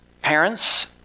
Parents